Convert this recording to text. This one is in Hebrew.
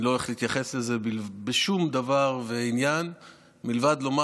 אני לא הולך להתייחס לזה בשום דבר ועניין מלבד לומר